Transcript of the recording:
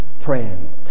praying